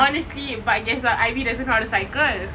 honestly but guess what ivy doesn't know how to cycle